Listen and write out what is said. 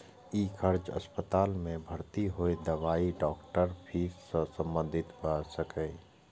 ई खर्च अस्पताल मे भर्ती होय, दवाई, डॉक्टरक फीस सं संबंधित भए सकैए